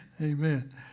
Amen